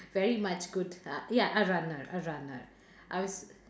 very much good uh ya a runner a runner I was